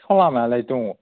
सिखाव लामायालाय दङ